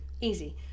Easy